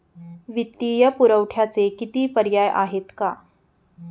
वित्तीय पुरवठ्याचे किती पर्याय आहेत का?